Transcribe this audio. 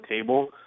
table